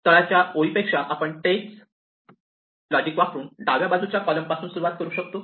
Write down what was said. तळाच्या ओळी पेक्षा आपण तेच लॉजिक वापरून डाव्या बाजूच्या कॉलम पासून सुरुवात करू शकतो